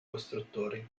costruttori